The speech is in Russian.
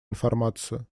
информацию